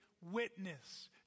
witness